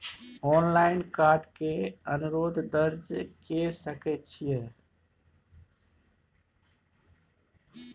Online card के अनुरोध दर्ज के सकै छियै?